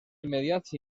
immediats